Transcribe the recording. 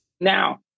now